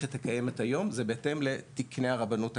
שהמערכת הקיימת היום זה בהתאם לתקני הרבנות הקיימים,